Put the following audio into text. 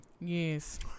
Yes